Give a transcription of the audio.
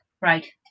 Right